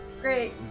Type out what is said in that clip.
Great